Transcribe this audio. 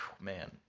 man